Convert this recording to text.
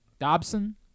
Dobson